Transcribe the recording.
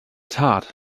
tat